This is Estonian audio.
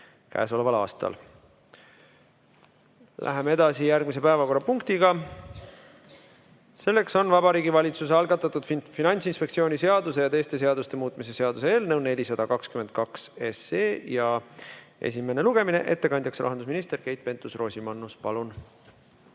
kell 17.15. Läheme edasi järgmise päevakorrapunktiga. Selleks on Vabariigi Valitsuse algatatud Finantsinspektsiooni seaduse ja teiste seaduste muutmise seaduse eelnõu 422 esimene lugemine. Ettekandja on rahandusminister Keit Pentus-Rosimannus. Palun!